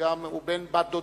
שהוא גם בן בת-דודתי,